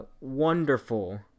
wonderful